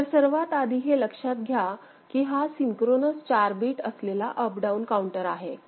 तर सर्वात आधी हे लक्षात घ्या की हा सिंक्रोनस 4 बीट असलेला अपडाऊन काउंटर आहे